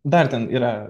dar ten yra